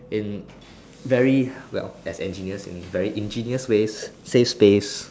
in very well as engineers in very ingenious ways save space